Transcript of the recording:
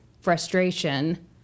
frustration